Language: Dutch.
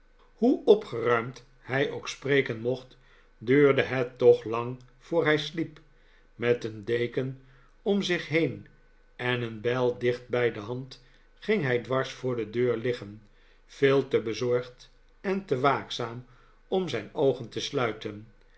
hoe opgeruimd hij ook spreken mocht duurde het toch lang voor hij sliep met een deken om zich heen en een bijl dicht bij de hand ging hij dwars voor de deur liggen veel te bezorgd en te waakzaam om zijn oogen te sluiten